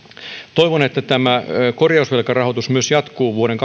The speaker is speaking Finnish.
toivon että tämä korjausvelkarahoitus myös jatkuu vuoden